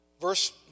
verse